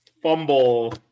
Fumble